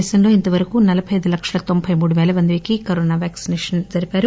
దేశంలో ఇంతవరకు నలబై అయిదు లక్షల తొంభై మూడు పేల మందికి కరో నా వ్యాక్సినేషన్ జరిపారు